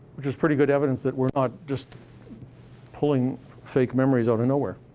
which is pretty good evidence that we're not just pulling fake memories out of nowhere.